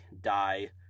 die